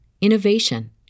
innovation